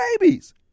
babies